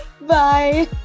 Bye